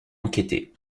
enquêter